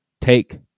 take